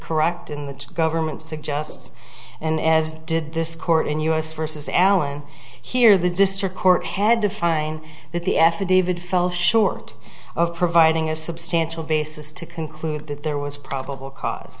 correct in the government suggests and as did this court in u s versus allen here the district court had to find that the affidavit fell short of providing a substantial basis to conclude that there was probable cause